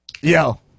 Yo